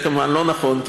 זה כמובן לא נכון,